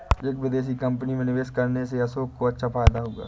एक विदेशी कंपनी में निवेश करने से अशोक को अच्छा फायदा हुआ